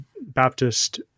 Baptist